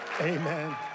Amen